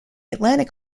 atlantic